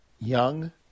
Young